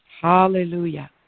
Hallelujah